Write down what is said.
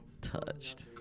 touched